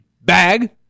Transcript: bag